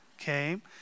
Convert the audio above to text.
okay